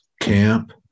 camp